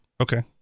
Okay